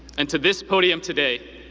and to this podium today,